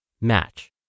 match